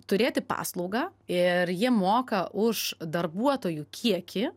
turėti paslaugą ir ji moka už darbuotojų kiekį